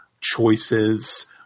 choices